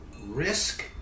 risk